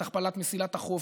ואת הכפלת מסילת החוף,